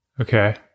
Okay